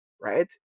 Right